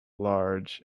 large